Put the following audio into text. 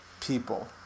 people